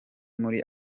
muri